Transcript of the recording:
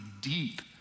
deep